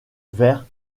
vers